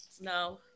No